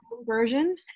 version